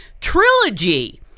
trilogy